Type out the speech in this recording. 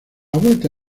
vuelta